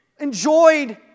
enjoyed